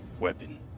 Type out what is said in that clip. weapon